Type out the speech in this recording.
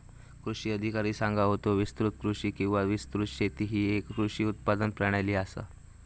कृषी अधिकारी सांगा होतो, विस्तृत कृषी किंवा विस्तृत शेती ही येक कृषी उत्पादन प्रणाली आसा